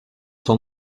sont